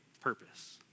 purpose